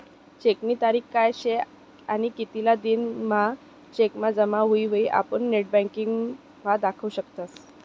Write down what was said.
चेकनी तारीख काय शे आणि कितला दिन म्हां चेक जमा हुई हाई आपुन नेटबँकिंग म्हा देखु शकतस